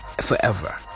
Forever